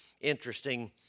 interesting